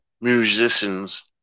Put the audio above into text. musicians